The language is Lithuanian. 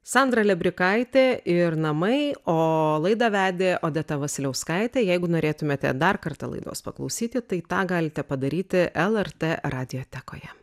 sandra lebrikaitė ir namai o laidą vedė odeta vasiliauskaitė jeigu norėtumėte dar kartą laidos paklausyti tai tą galite padaryti lrt radiotekoje